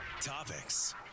Topics